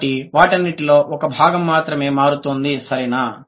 కాబట్టి వాటన్నిటిలో ఒక భాగం మాత్రమే మారుతోంది సరేనా